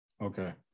Okay